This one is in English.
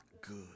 good